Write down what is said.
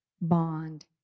bond